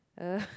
uh